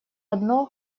одно